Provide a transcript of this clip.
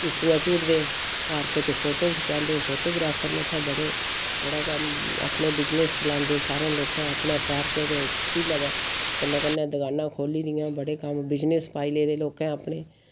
किश्तियां झूटदे पार्क च फोटो खचांदे फोटोग्राफर न इत्थै बड़े बड़ा कम्म अपना बिजनस चलांदे सारें लोकें अपने पार्क झीलै दे कन्नै कन्नै दकानां खोल्ली दियां बड़े कम्म बिजनस पाई लेदे लोकें ते